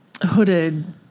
hooded